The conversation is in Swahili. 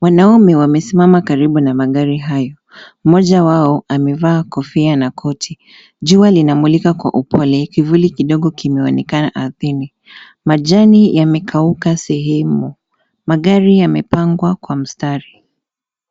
Wanaume wamesimama karibu na magari hayo. Mmoja wao amevaa kofia na koti. Jua linamulika kwa upole, kivuli kidogo kimeonekana ardhini. Majani yamekauka sehemu. Magari yamepangwa kwa mstari.